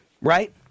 Right